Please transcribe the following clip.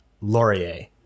Laurier